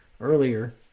earlier